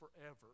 forever